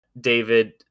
David